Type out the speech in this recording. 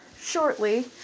shortly